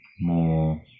more